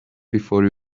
before